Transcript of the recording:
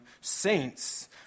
saints